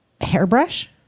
Hairbrush